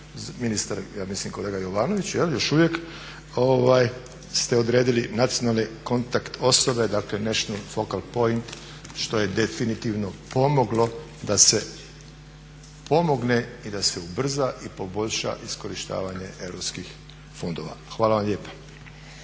ministar ja mislim kolega Jovanović još uvijek ste odredili nacionalne kontakt osobe dakle national … point što je definitivno pomoglo da se pomogne i da se ubrza i poboljša iskorištavanje europskih fondova. Hvala vam lijepa.